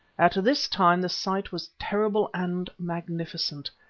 at this time the sight was terrible and magnificent,